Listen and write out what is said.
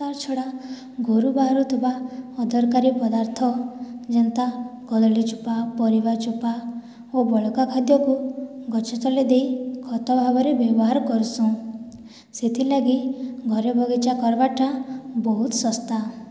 ତାର୍ ଛଡ଼ା ଘରୁ ବାହାରୁଥିବା ଅଦର୍କାରି ପଦାର୍ଥ ଯେନ୍ତା କଦଳୀ ଚୋପା ପରିବା ଚୋପା ଓ ବଳକା ଖାଦ୍ୟକୁ ଗଛ ତଲେ ଦେଇ ଖତ ଭାବରେ ବ୍ୟବହାର କର୍ସୁଁ ସେଥିର୍ଲାଗି ଘରେ ବଗିଚା କର୍ବାର୍ଟା ବହୁତ ଶସ୍ତା